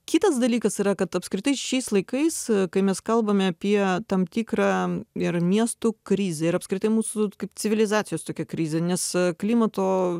kitas dalykas yra kad apskritai šiais laikais kai mes kalbame apie tam tikrą ir miestų krizę ir apskritai mūsų kaip civilizacijos tokią krizę nes klimato